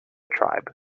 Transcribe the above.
tribe